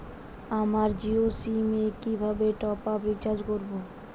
আমার জিও সিম এ কিভাবে টপ আপ রিচার্জ করবো?